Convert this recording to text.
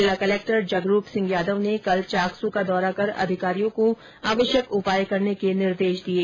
जिला कलेक्टर जगरूप सिंह यादव ने कल चाकसू का दौरा कर अधिकारियों को आवश्यक उपाय करने के निर्देश दिये